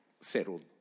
settled